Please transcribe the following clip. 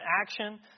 action